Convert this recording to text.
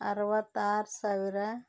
ಅರುವತ್ತಾರು ಸಾವಿರ